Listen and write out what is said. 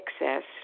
excess